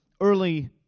early